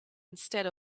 instead